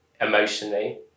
emotionally